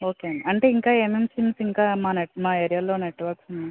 okay అండి అంటే ఇంకా ఏమేం సిమ్స్ ఇంకా మా నెట్ మా ఏరియాలో నెట్వర్క్స్ ఉన్నాయి